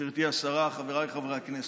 גברתי השרה, חבריי חברי הכנסת,